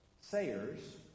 Sayers